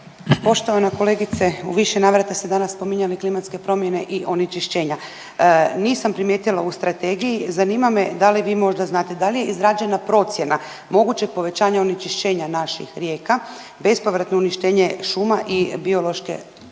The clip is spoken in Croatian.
Poštovana kolegice, u više navrata ste danas spominjali klimatske promjene i onečišćenja, nisam primijetila u strategiji zanima me da li vi možda znate da li je izrađena procjena mogućeg povećanja onečišćenja naših rijeka, bespovratno uništenje šuma i biološke